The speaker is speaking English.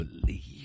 believe